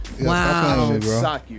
wow